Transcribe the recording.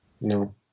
no